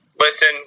listen